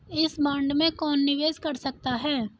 इस बॉन्ड में कौन निवेश कर सकता है?